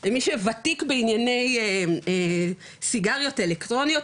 מי שוותיק בענייני סיגריות אלקטרוניות,